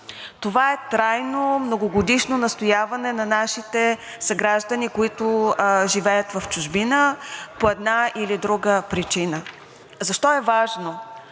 Това е трайно многогодишно настояване на нашите съграждани, които живеят в чужбина по една или друга причина. Защо е важно